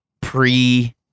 pre